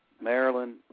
Maryland